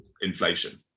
inflation